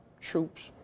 troops